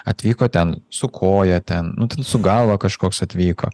atvyko ten su koja ten su galva kažkoks atvyko